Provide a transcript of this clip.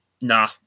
nah